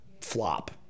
flop